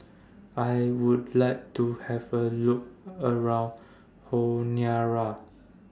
I Would like to Have A Look around Honiara